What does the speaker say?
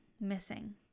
missing